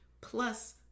plus